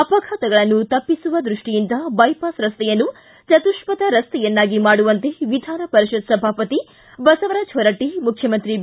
ಅಪಘಾತಗಳನ್ನು ತಪ್ಪಿಸುವ ದ್ರಷ್ಷಿಯಿಂದ ದೈಪಾಸ್ ರಸ್ತೆಯನ್ನು ಚತುಷ್ಪತ ರಸ್ತೆಯನ್ನಾಗಿ ಮಾಡುವಂತೆ ವಿಧಾನಪರಿಷತ್ ಸಭಾಪತಿ ಬಸವರಾಜ್ ಹೊರಟ್ಟ ಮುಖ್ಚಮಂತ್ರಿ ಬಿ